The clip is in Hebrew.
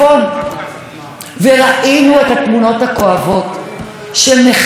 וראינו את התמונות הכואבות של נכים ואנשים